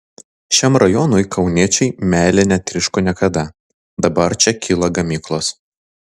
šiam rajonui kauniečiai meile netryško niekada dabar čia kyla gamyklos